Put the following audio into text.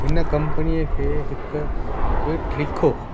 हिन कंपनीअ खे हिकु ट्वीट लिखो